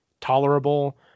tolerable